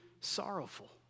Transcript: sorrowful